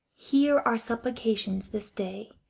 hear our supplications this day.